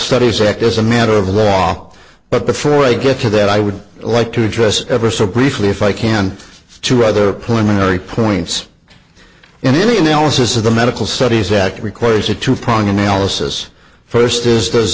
studies act as a matter of law but before i get to that i would like to address ever so briefly if i can to rather poor minority points in any analysis of the medical studies that requires a two prong analysis first is this